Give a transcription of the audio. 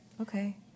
okay